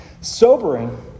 sobering